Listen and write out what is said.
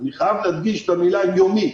אני חייב להדגיש את המילה "יומית"